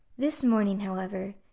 this morning, however,